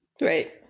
right